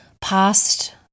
past